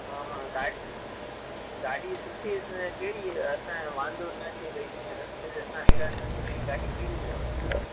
हा हा गाॾी गाॾी सुठी कहिड़ी असांखे वांदो न अचे भई जीअं रस्ते में असां अहिड़ा न की गाॾी कहिड़ी अथव इअं भई